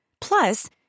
Plus